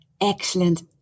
excellent